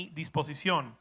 disposición